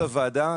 הוועדה,